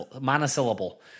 monosyllable